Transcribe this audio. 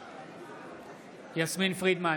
בעד יסמין פרידמן,